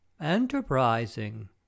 enterprising